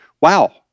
Wow